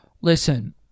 Listen